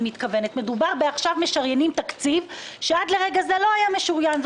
עכשיו משריינים תקציב שעד לרגע זה לא היה משוריין.